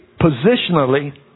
positionally